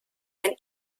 ein